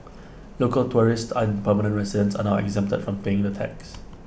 local tourists and permanent residents are now exempted from paying the tax